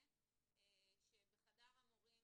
בחדר המורים,